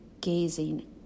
gazing